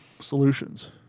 solutions